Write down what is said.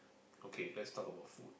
okay lets talk about food